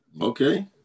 Okay